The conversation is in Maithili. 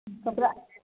कपड़ा